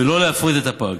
ולא להפריט את הפארק.